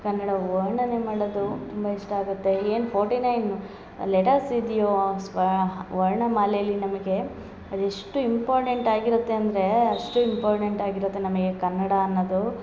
ಕನ್ನಡ ವರ್ಣನೆ ಮಾಡೋದು ತುಂಬ ಇಷ್ಟ ಆಗುತ್ತೆ ಏನು ಫೋರ್ಟಿ ನೈನ್ ಲೆಟರ್ಸ್ ಇದ್ಯೋ ಸ್ವ ವರ್ಣ ಮಾಲೇಲಿ ನಮಗೆ ಅದೆಷ್ಟು ಇಂಪಾರ್ಟೆಂಟ್ ಆಗಿರುತ್ತೆ ಅಂದರೆ ಅಷ್ಟು ಇಂಪಾರ್ಟೆಂಟ್ ಆಗಿರುತ್ತೆ ನಮಗೆ ಕನ್ನಡ ಅನ್ನೊದು